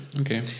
Okay